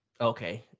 Okay